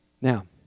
Now